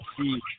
see